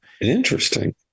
Interesting